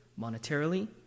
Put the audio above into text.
monetarily